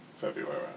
February